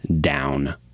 down